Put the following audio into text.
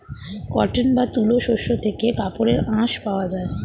cotton বা তুলো শস্য থেকে কাপড়ের আঁশ পাওয়া যায়